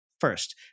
first